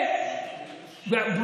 תודה.